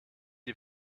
die